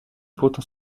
pourtant